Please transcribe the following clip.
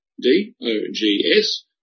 D-O-G-S